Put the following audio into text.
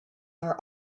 their